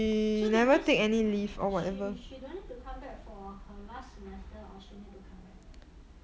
so that means she she don't need to come back for her last semester or she need to come back